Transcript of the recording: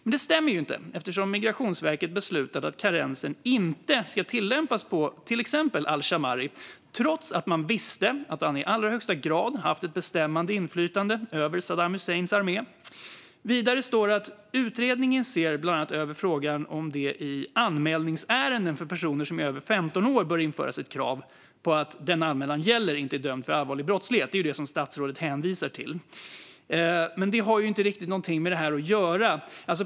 Men det stämmer ju inte eftersom Migrationsverket beslutat att karensen inte ska tillämpas på till exempel al-Shammari, trots att man visste att han i allra högsta grad haft ett bestämmande inflytande över Saddam Husseins armé. Vidare anges: "Utredningen ser bland annat över frågan om det i anmälningsärenden för personer som är över 15 år bör införas ett krav på att den som anmälan gäller inte är dömd för allvarlig brottslighet." Detta är vad statsrådet hänvisar till, men det har ju inget med det här att göra.